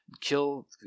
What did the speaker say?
kill